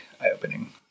eye-opening